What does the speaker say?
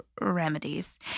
remedies